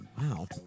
Wow